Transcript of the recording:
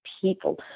people